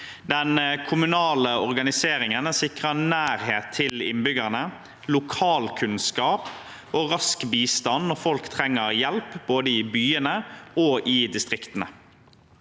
Den kommunale organiseringen sikrer nærhet til innbyggerne, lokalkunnskap og rask bistand når folk trenger hjelp, i både byene og distriktene.